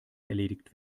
erledigt